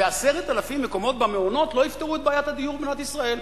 ו-10,000 מקומות במעונות לא יפתרו את בעיית הדיור במדינת ישראל.